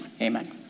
Amen